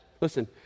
Listen